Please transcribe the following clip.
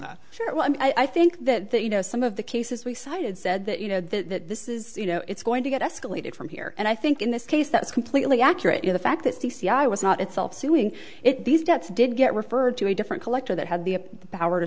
that i think that that you know some of the cases we cited said that you know that this is you know it's going to get escalated from here and i think in this case that's completely accurate in the fact that d c i was not itself suing it these debts did get referred to a different collector that had the power to